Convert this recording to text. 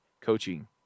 coaching